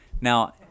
Now